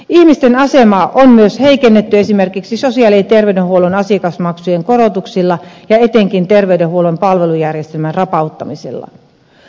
ihmisten asemaa on myös heikennetty esimerkiksi sosiaali ja terveydenhuollon asiakasmaksujen korotuksilla ja etenkin terveydenhuollon palvelujärjestelmän rapauttamisella